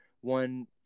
one